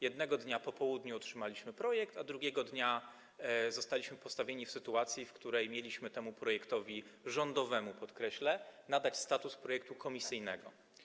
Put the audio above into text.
Jednego dnia po południu otrzymaliśmy projekt, a drugiego dnia zostaliśmy postawieni w sytuacji, w której mieliśmy temu projektowi rządowemu - podkreślę - nadać status projektu komisyjnego.